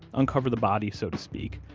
uncover the body, so to speak,